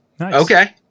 okay